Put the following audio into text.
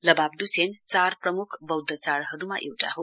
लबाब ड्छेन चार प्रमुख बौद्व चाडहरूमा एउटा हो